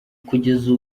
kugeza